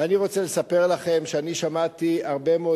ואני רוצה לספר לכם שאני שמעתי הרבה מאוד